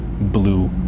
blue